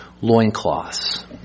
loincloths